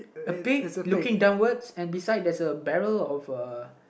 a pig looking downwards and beside there's a barrel of uh